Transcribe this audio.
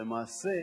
למעשה,